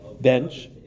bench